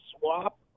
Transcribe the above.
swap